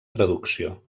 traducció